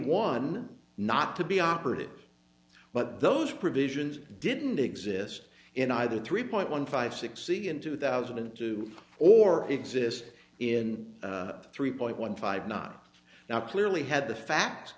one not to be operative but those provisions didn't exist in either three point one five six c in two thousand and two or exist in three point one five not now clearly had the facts